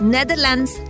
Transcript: Netherlands